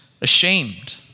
ashamed